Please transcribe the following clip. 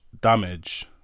damage